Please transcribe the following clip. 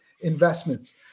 investments